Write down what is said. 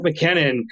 McKinnon